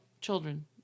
children